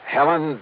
Helen